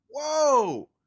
Whoa